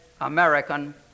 American